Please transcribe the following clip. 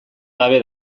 gabe